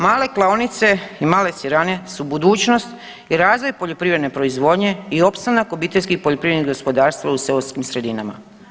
Male klaonice i male sirane su budućnost i razvoj poljoprivredne proizvodnje i opstanak obiteljskih poljoprivrednih gospodarstava u seoskim sredinama.